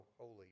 holy